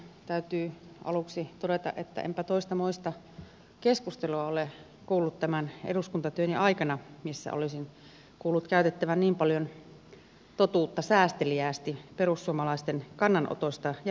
täytyy aluksi todeta että enpä toista moista keskustelua ole kuullut tämän eduskuntatyöni aikana missä olisin kuullut käytettävän niin paljon totuutta säästeliäästi perussuomalaisten kannanotoista ja linjauksista